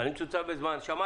אני אומר